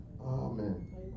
Amen